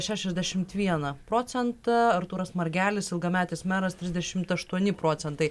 šešiasdešimt vieną procentą artūras margelis ilgametis meras trisdešimt aštuoni procentai